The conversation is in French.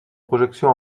projection